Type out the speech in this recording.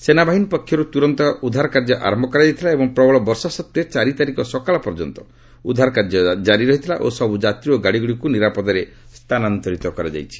ସେନାବାହିନୀ ପକ୍ଷରୁ ତୁରନ୍ତ ଉଦ୍ଧାର କାର୍ଯ୍ୟ ଆରମ୍ଭ କରାଯାଇଥିଲା ଏବଂ ପ୍ରବଳ ବର୍ଷା ସତ୍ୱେ ଚାରି ତାରିଖ ସକାଳ ପର୍ଯ୍ୟନ୍ତ ଉଦ୍ଧାର କାର୍ଯ୍ୟ ଜାରି ରହିଥିଲା ଓ ସବୁ ଯାତ୍ରୀ ଓ ଗାଡ଼ିଗୁଡ଼ିକୁ ନିରାପଦରେ ସ୍ଥାନାନ୍ତରିତ କରାଯାଇଛି